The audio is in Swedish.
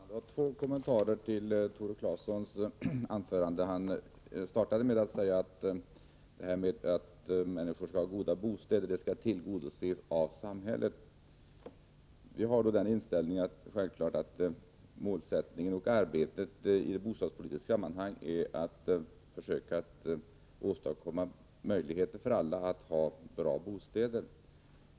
Fru talman! Jag har två kommentarer till Tore Claesons anförande. Han började med att säga att människor skall ha bra bostäder och att detta skall tillgodoses av samhället. Vi har självfallet den inställningen att målsättningen för arbetet i det bostadspolitiska sammanhanget är att försöka åstadkomma möjligheter för alla att ha bra bostäder.